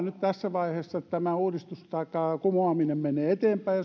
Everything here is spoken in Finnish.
nyt tässä vaiheessa että tämä uudistus tai kumoaminen menee eteenpäin